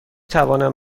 توانم